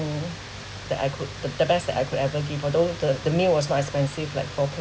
that I could the the best that I could ever give although the the meal was not expensive like four